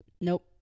nope